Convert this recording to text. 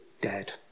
dead